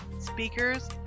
speakers